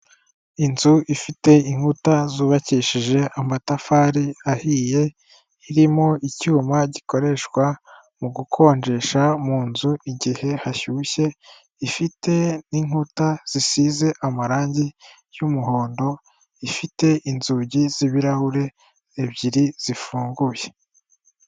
Inzu ifite inkuta zubakishije amatafari ahiye, irimo icyuma gikoreshwa mugukonjesha mu nzu igihe hashyushye, ifite n'inkuta zisize amarangi y'umuhondo ifite inzugi z'ibirahure ebyiri zifunguye.